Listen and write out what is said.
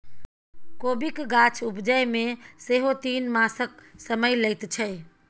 कोबीक गाछ उपजै मे सेहो तीन मासक समय लैत छै